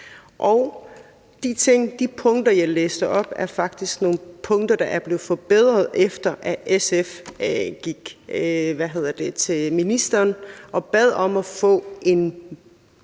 De punkter, jeg læste op, er faktisk nogle punkter, der er blevet forbedret, efter at SF gik til ministeren og bad om at få